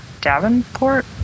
Davenport